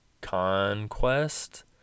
Conquest